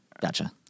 gotcha